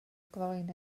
groen